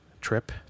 trip